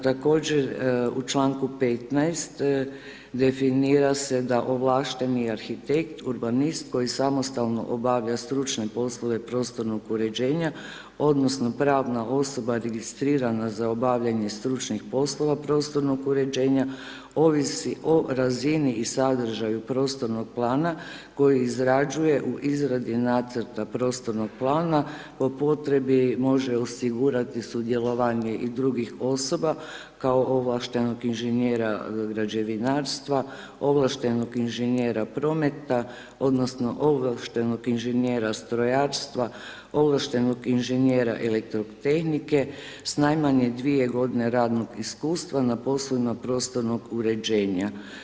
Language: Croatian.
Također u članku 15. definira se da ovlašteni arhitekt, urbanist koji samostalno obavlja stručne poslove prostornog uređenja odnosno pravna osoba registrirana za obavljanje stručnih poslova prostornog uređenja ovisi o razini i sadržaju prostornog plana koji izrađuje u izradi nacrta prostornog plana po potrebi može osigurati sudjelovanje i drugih osoba kao ovlaštenog inženjera građevinarstva, ovlaštenog inženjera prometa odnosno ovlaštenog inženjera strojarstva, ovlaštenog inženjera elektrotehnike s najmanje 2 g. radnog iskustva na poslovima prostornog uređenja.